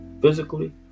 physically